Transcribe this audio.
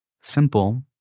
Simple